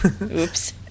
oops